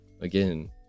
Again